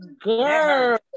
girl